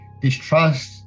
distrust